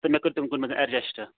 تہٕ مےٚ کٔر تٔمۍ کوٚر مےٚ اٮ۪ڈجَسٹ